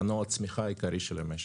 מנוע הצמיחה העיקרי של המשק.